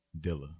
Dilla